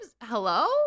hello